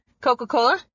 coca-cola